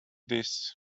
this